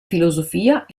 filosofia